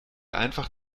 einfach